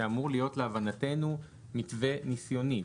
שאמור להיות להבנתנו מתווה ניסיוני.